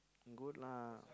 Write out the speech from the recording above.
good lah